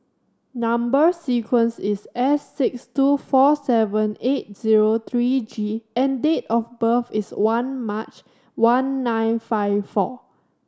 number sequence is S six two four seven eight zero three G and date of birth is one March one nine five four